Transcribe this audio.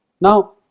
now